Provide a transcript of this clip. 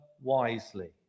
wisely